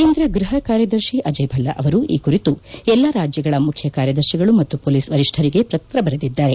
ಕೇಂದ್ರ ಗ್ವಹ ಕಾರ್ಯದರ್ಶಿ ಅಜಯ್ ಭಲ್ಲಾ ಅವರು ಈ ಕುರಿತು ಎಲ್ಲಾ ರಾಜ್ಯಗಳ ಮುಖ್ಯ ಕಾರ್ಯದರ್ಶಿಗಳು ಮತ್ತು ಪೊಲೀಸ್ ವರಿಷ್ಣರಿಗೆ ಪತ್ರ ಬರೆದಿದ್ಗಾರೆ